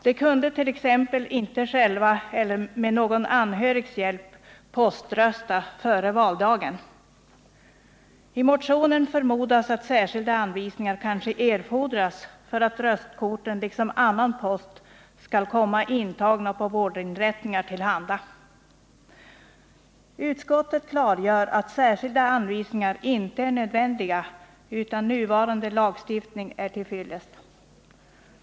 De kunde t.ex. inte själva eller med någon anhörigs hjälp poströsta före valdagen. I motionen förmodas att särskilda anvisningar kanske erfordras för att röstkorten liksom annan post skall komma intagna på vårdinrättningar till handa. Utskottet klargör att särskilda anvisningar inte är nödvändiga, utan nuvarande lagstiftning är till fyllest.